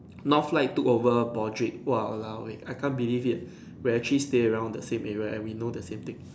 Northlight took over Broadrick !walao! eh I can't believe it we actually stay around the same area and we know the same things